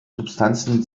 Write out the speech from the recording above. substanzen